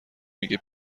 میگه